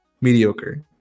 Mediocre